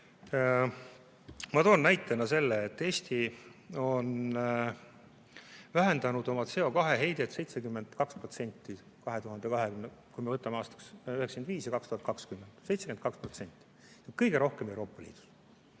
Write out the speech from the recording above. Ma toon näitena selle, et Eesti on vähendanud oma CO2heidet 72%, kui me võtame aastad 1995 ja 2020. Ehk 72% – kõige rohkem Euroopa Liidus.